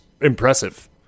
impressive